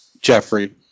Jeffrey